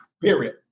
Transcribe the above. Period